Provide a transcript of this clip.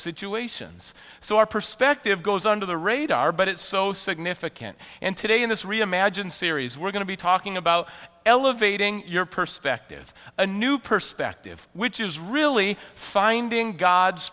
situations so our perspective goes under the radar but it so significant and today in this reimagine series we're going to be talking about elevating your perspective a new perspective which is really finding god's